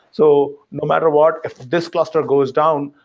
so no matter what, if this cluster goes down,